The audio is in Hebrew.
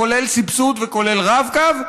כולל סבסוד וכולל רב-קו,